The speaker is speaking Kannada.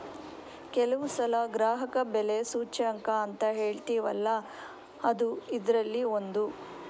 ಕೆಲವು ಸಲ ಗ್ರಾಹಕ ಬೆಲೆ ಸೂಚ್ಯಂಕ ಅಂತ ಹೇಳ್ತೇವಲ್ಲ ಅದೂ ಇದ್ರಲ್ಲಿ ಒಂದು